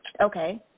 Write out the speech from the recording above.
Okay